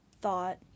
thought